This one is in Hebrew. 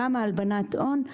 למה הלבנת הון?